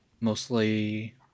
mostly